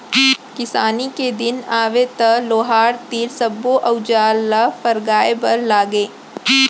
किसानी के दिन आवय त लोहार तीर सब्बो अउजार ल फरगाय बर लागय